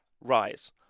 rise